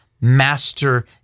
master